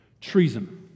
treason